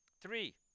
Three